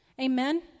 Amen